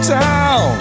town